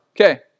Okay